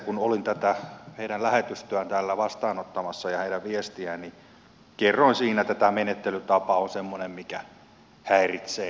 kun olin tätä heidän lähetystöään täällä vastaanottamassa ja heidän viestiään niin kerroin siinä että tämä menettelytapa on semmoinen mikä häiritsee